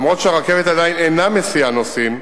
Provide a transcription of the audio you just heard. אף-על-פי שהרכבת עדיין אינה מסיעה נוסעים,